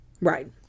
Right